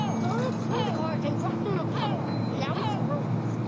donald tore the card and dropped it in a puddle. now it's ruined.